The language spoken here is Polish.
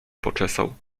poczesał